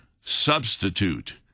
substitute